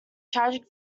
tragic